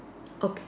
okay